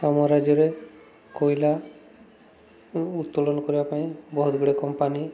ଅମ ରାଜ୍ୟରେ କୋଇଲା ଉତ୍ତୋଳନ କରିବା ପାଇଁ ବହୁତ ଗୁଡ଼ିଏ କମ୍ପାନୀ